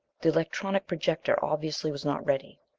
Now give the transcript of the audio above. the electronic projector obviously was not ready.